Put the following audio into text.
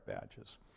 badges